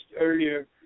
earlier